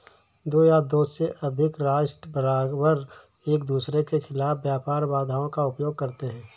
दो या दो से अधिक राष्ट्र बारबार एकदूसरे के खिलाफ व्यापार बाधाओं का उपयोग करते हैं